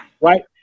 Right